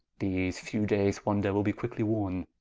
these few dayes wonder will be quickly worne.